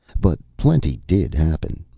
but plenty did happen.